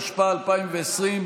התשפ"א 2020,